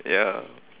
ya